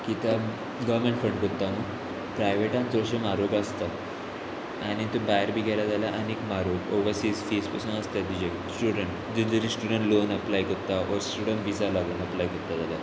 कित्याक government fund कोत्ता न्हू प्रायवेटान चडश्यो म्हारग आसता आनी तूं भायर बी गेला जाल्यार आनीक म्हारग ओवरसीज फीज पासून आसता तुजें स्टुडंट जें जरी स्टुडंट लोन एप्लाय करता व स्टुडंट विसा लागून एप्लाय करता जाल्यार